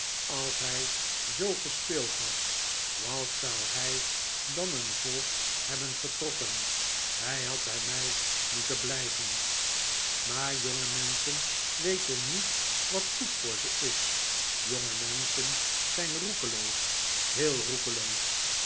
als hij zoo gespeeld had wat zou hij dan een volk hebben getrokken hij had bij mij moeten blijven maar jonge menschen weten niet wat goed voor ze is jonge menschen zijn roekeloos heel roekeloos